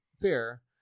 fair